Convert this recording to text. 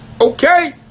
Okay